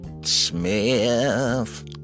Smith